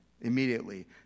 immediately